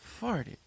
farted